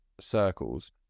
circles